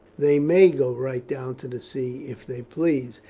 they may go right down to the sea if they please,